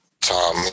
tom